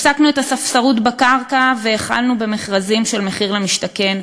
הפסקנו את הספסרות בקרקע והחלנו במכרזים של מחיר למשתכן,